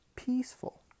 peaceful